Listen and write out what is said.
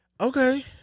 okay